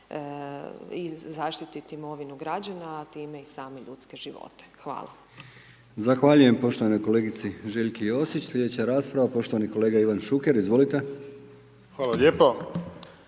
i zaštiti imovinu građana a time i same ljudske živote. Hvala. **Brkić, Milijan (HDZ)** Zahvaljujem poštovanoj kolegici Željki Josić, sljedeća rasprava, poštovani kolega Ivan Šuker, izvolite. **Šuker,